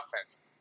offense